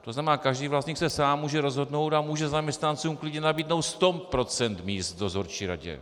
To znamená, každý vlastník se sám může rozhodnout a může zaměstnancům klidně nabídnout sto procent míst v dozorčí radě.